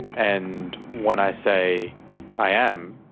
and when i say i am,